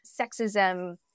sexism